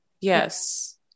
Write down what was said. yes